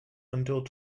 until